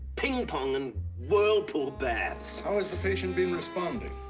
ping-pong, and whirlpool baths. how has the patient been responding?